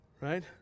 right